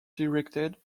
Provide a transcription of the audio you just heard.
directed